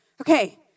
Okay